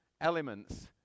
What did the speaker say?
elements